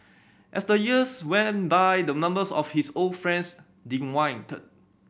as the years went by the numbers of his old friends dwindled